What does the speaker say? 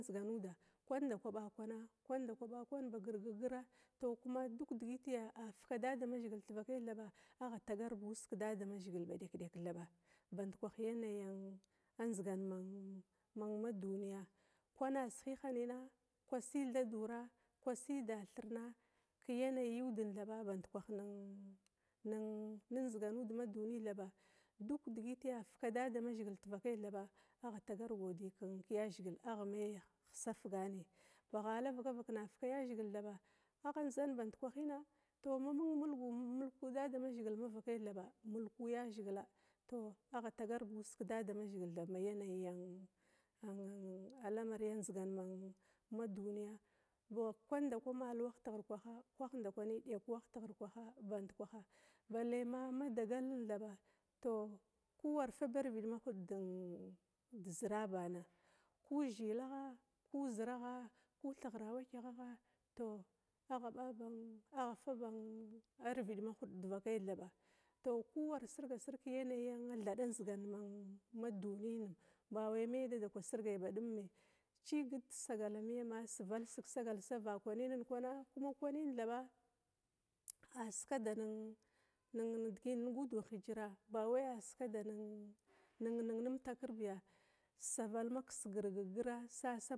Kwan ndakwa ɓa kwana, kwan ndakwa ɓa kwana ba girgagir tou kuma badum nidigit afika dadamazhigila tivakai thaba, agha tagarba uss kedamazhigila badekdek thaba, band kwana yanayi ann adzigan ma duniya, kwan a sihi hinana, kwan dasi thadura, kwa si dathirna ke yanayi uda thaba bandkwan nedziganud ma duni thaba, duk digiti afika dadamazhigil tivakai thaba agha tagar godi keyazhigil, agha me safgani ba ghala digi a ɓggka yazhigil thaba agha dzan band kwahina tou ma mung mulku mulga damazhigila mavakai thaba mulku yazhigila tou agha tagar buss keya zhigil thab ma yanayi ann ndzigan duniya ba kwan ndakwi ba mal waha tighir kwa, ba kwan ndakwi dek wah tihir kwaha band kwaha balle ma madagalna thaba ku war fabirvid mahud devakai thaba, tou ku war sirgasir ke yanayi thada ndzigan ma duni na ba wai me dadakwa sirgai badum cigit desagala miyam asivalsig ma kwanin kwana thaba asikada nin gudun hijira ba wai asikada nin nimtakir biya-saval ma kiss girgagir sama.